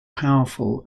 powerful